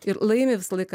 ir laimi visą laiką